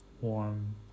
warm